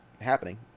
happening